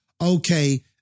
okay